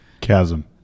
Chasm